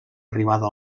arribada